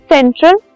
Central